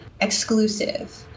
exclusive